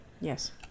Yes